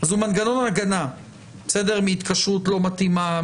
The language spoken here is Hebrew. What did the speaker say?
זה מנגנון הגנה מהתקשרות לא מתאימה,